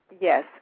yes